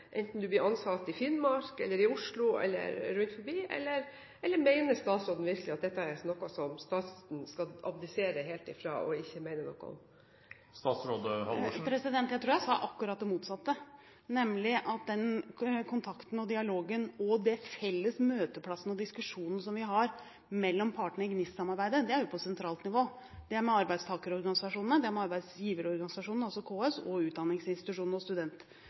enten du blir ansatt i Finnmark, Oslo eller rundt omkring, eller mener statsråden virkelig at dette er noe som staten skal abdisere fra og ikke mene noe om? Jeg tror jeg sa akkurat det motsatte, nemlig at den kontakten, dialogen og den felles møteplassen og diskusjonen vi har mellom partene i GNIST-samarbeidet, er på sentralt nivå. Det er med arbeidstakerorganisasjonene, arbeidsgiverorganisasjonene – KS – og utdanningsinstitusjonene og studentorganisasjonene. Det er